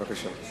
בבקשה.